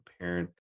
parent